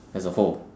as a whole